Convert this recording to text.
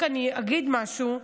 אני רק אגיד משהו.